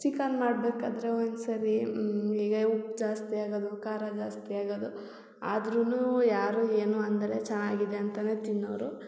chicken ಮಾಡಬೇಕಾದ್ರೆ ಒಂದು ಸಾರಿ ಹೀಗೆ ಉಪ್ಪು ಜಾಸ್ತಿ ಆಗೋದು ಖಾರ ಜಾಸ್ತಿ ಆಗೋದು ಆದ್ರೂ ಯಾರೂ ಏನೂ ಅನ್ನದಲೇ ಚೆನ್ನಾಗಿದೆ ಅಂತಲೇ ತಿನ್ನೋರು